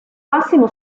massimo